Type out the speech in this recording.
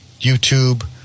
YouTube